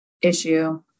issue